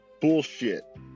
Bullshit